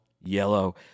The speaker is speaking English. yellow